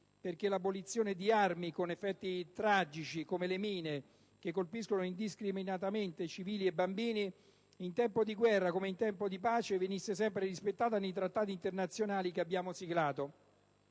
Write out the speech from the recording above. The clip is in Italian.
perché l'abolizione di armi con effetti tragici come le mine, che colpiscono indiscriminatamente civili e bambini in tempo di guerra così come in tempo di pace, venisse sempre rispettata nei trattati internazionali che abbiamo siglato.